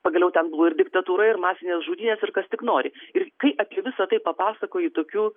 pagaliau ten buvo ir diktatūra ir masinės žudynės ir kas tik nori ir kai apie visa tai papasakoji tokių